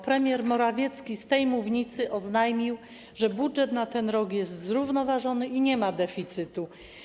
Premier Morawiecki z tej mównicy oznajmił, że budżet na ten rok jest zrównoważony i nie ma deficytu.